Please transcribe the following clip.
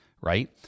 Right